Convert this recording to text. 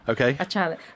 okay